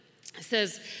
says